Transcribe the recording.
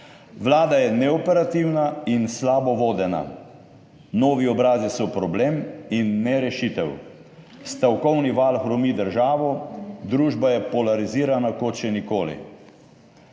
Vlada je neoperativna in slabo vodena, novi obrazi so problem in ne rešitev. Stavkovni val hromi državo, družba je polarizirana kot še nikoli.